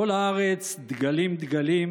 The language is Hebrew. "כל הארץ דגלים דגלים.